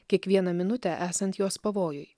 kiekvieną minutę esant jos pavojui